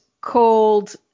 called